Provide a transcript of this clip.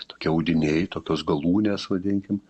tokie audiniai tokios galūnės vadinkim